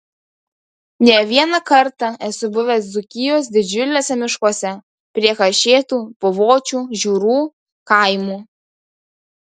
ne vieną kartą esu buvęs dzūkijos didžiuliuose miškuose prie kašėtų puvočių žiūrų kaimų